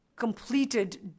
completed